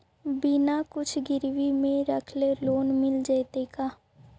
बिना कुछ गिरवी मे रखले लोन मिल जैतै का?